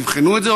תבחנו את זה,